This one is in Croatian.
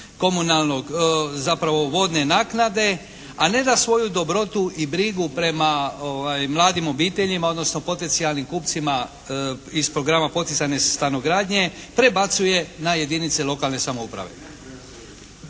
komunalnog, zapravo vodne naknade, a ne da svoju dobrotu i brigu prema mladim obiteljima odnosno potencijalnim kupcima iz Programa poticajne stanogradnje prebacuje na jedinice lokalne samouprave.